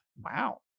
wow